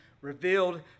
revealed